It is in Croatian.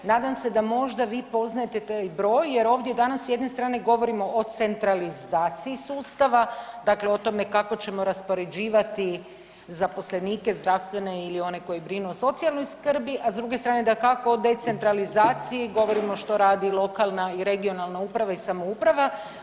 Nadam se da možda vi poznajete taj broj jer ovdje danas s jedne strane govorimo o centralizaciji sustava, dakle o tome kako ćemo raspodjeljivati zaposlenike zdravstvene ili one koji brinu o socijalnoj skrbi, a s druge strane da kako o decentralizaciji govorimo što radi lokalna i regionalna uprava i samouprava.